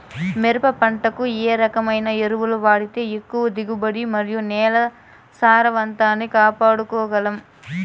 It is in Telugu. మిరప పంట కు ఏ రకమైన ఎరువులు వాడితే ఎక్కువగా దిగుబడి మరియు నేల సారవంతాన్ని కాపాడుకోవాల్ల గలం?